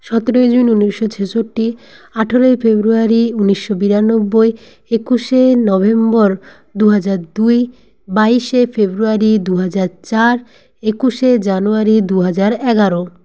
সতেরোই জুন উনিশশো ছেষট্টি আঠোরোই ফেব্রুয়ারি উনিশশো বিরানব্বই একুশে নভেম্বর দু হাজার দুই বাইশে ফেব্রুয়ারি দু হাজার চার একুশে জানুয়ারি দু হাজার এগারো